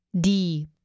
Die